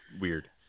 weird